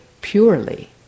purely